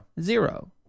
Zero